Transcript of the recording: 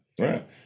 Right